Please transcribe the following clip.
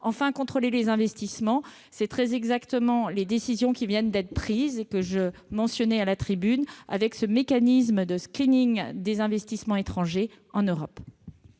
Enfin, contrôler les investissements, cela correspond précisément aux décisions qui viennent d'être prises et que je mentionnais à la tribune, relatives au mécanisme de des investissements étrangers en Europe.